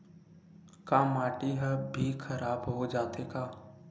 का माटी ह भी खराब हो जाथे का?